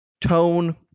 tone